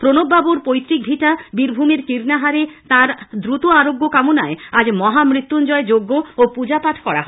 প্রণববাবুর পৈত্বক ভিটা বীরভূমের কীর্ণাহারে তাঁর আশু আরোগ্য কামনায় আজ মহামৃত্যুঞ্জয় যজ্ঞ ও পূজাপাঠ করা হয়